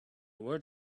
word